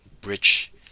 bridge